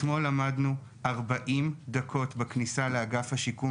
אתמול עמדנו 40 דקות בכניסה לאגף השיקום